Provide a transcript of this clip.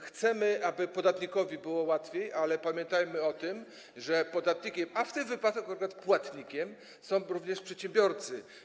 Chcemy, aby podatnikowi było łatwiej, ale pamiętajmy o tym, że podatnikami, a w tym wypadku akurat płatnikami, są również przedsiębiorcy.